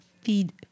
feed